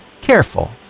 careful